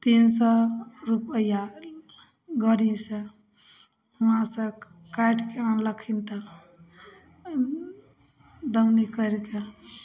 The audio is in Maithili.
तीन सौ रुपैआ गाड़ीसँ हुआँसँ काटिकऽ आनलखिन तऽ अऽ दौनी करिकऽ